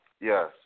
Yes